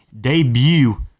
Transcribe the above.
debut